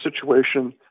situation